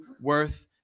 worth